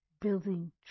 building